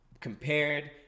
compared